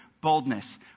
Boldness